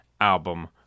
album